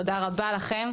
תודה רבה לכם.